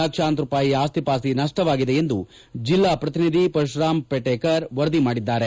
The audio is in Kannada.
ಲಕ್ಷಾಂತರ ರೂಪಾಯಿ ಆಸ್ತಿಪಾಸ್ತಿ ನಷ್ಟವಾಗಿದೆ ಎಂದು ಜಿಲ್ಲಾ ಪ್ರತಿನಿಧಿ ಪರಶುರಾಮ ಪೇಟಕರ್ ವರದಿ ಮಾಡಿದ್ದಾರೆ